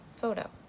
photo